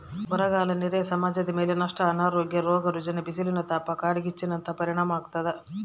ಬರಗಾಲ ನೇರ ಸಮಾಜದಮೇಲೆ ನಷ್ಟ ಅನಾರೋಗ್ಯ ರೋಗ ರುಜಿನ ಬಿಸಿಲಿನತಾಪ ಕಾಡ್ಗಿಚ್ಚು ನಂತಹ ಪರಿಣಾಮಾಗ್ತತೆ